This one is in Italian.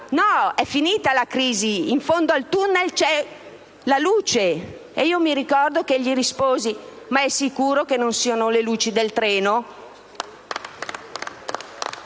era finita e che in fondo al *tunnel* c'era la luce. Ed io mi ricordo che gli risposi: ma è sicuro che non siano le luci del treno?